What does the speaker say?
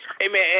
Amen